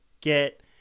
get